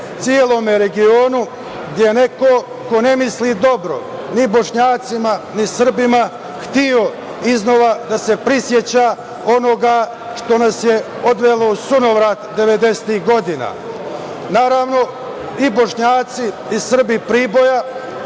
celom regionu, gde je neko ko ne misli dobro ni Bošnjacima, ni Srbima hteo iznova da se priseća onoga što nas je odvelo u sunovrat devedesetih godina. Naravno, i Bošnjaci i Srbi Priboja